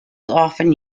often